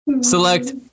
Select